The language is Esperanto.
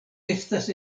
estas